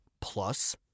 plus